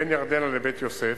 בין ירדנה לבית-יוסף,